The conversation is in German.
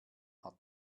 hat